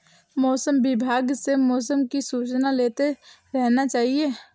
मौसम विभाग से मौसम की सूचना लेते रहना चाहिये?